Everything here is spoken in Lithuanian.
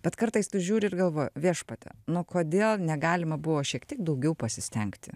bet kartais tu žiūri ir galvoji viešpatie nu kodėl negalima buvo šiek tiek daugiau pasistengti